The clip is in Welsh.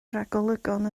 ragolygon